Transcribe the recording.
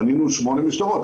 בנינו שמונה משטרות.